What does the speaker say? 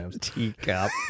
Teacup